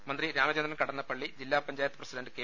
മന്ത്രി രാമചന്ദ്രൻ കടന്ന പള്ളി ജില്ലാ പഞ്ചായത്ത് പ്രസിഡന്റ് കെ